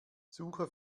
suche